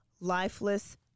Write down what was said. lifeless